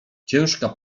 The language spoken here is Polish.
ciężka